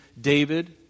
David